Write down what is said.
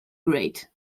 great